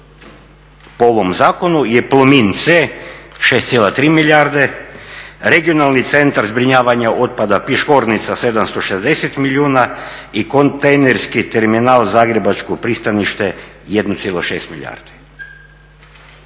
po ovom zakonu je Plomin C, 6,3 milijarde, Regionalni centar zbrinjavanja otpada Piškornica 760 milijuna i Kontejnerski terminal zagrebačko pristanište 1,6 milijardi.